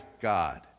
God